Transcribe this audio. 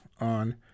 on